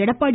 Edappadi